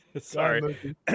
Sorry